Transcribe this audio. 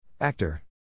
Actor